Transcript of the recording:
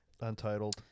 Untitled